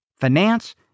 finance